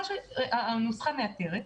הנוסחה מאתרת,